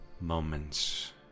moments